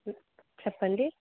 చెప్పండి